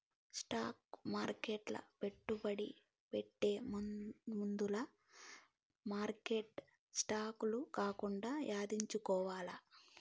stock మార్కెట్ల పెట్టుబడి పెట్టే ముందుల మార్కెట్ల రిస్కులు కూడా యాదించుకోవాల్ల